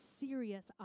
serious